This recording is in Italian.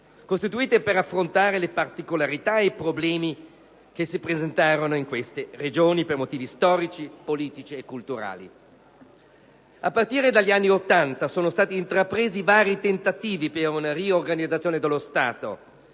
costituite per affrontare le particolarità e i problemi che si presentavano nei loro territori per motivi storici, politici e culturali. A partire dagli anni '80 sono stati intrapresi vari tentativi per una riorganizzazione dello Stato.